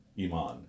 Iman